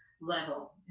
level